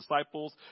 disciples